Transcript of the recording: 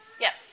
Yes